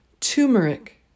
turmeric